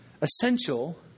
essential